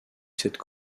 cette